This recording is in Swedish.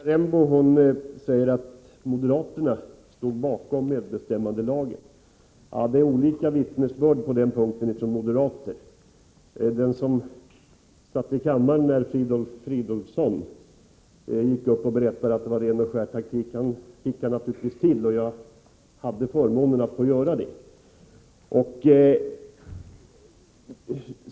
Herr talman! Sonja Rembo säger att moderaterna stod bakom medbestämmandelagen. Det finns olika vittnesbörd på den punkten från moderater. Den som satt i kammaren när Filip Fridolfsson berättade att det var ren och skär taktik hickade naturligtvis till, och jag hörde till dem som var med vid det tillfället.